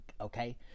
Okay